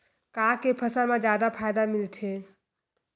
का के फसल मा जादा फ़ायदा मिलथे?